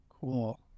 Cool